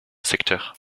secteurs